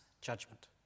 judgment